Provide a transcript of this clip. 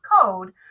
code